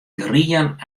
grien